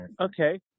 okay